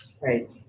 Right